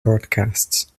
broadcasts